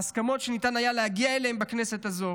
ההסכמות שניתן היה להגיע אליהן בכנסת הזו